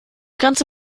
ganze